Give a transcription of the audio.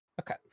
Okay